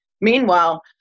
Meanwhile